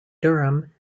durham